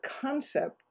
concept